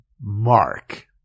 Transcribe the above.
Mark